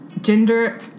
gender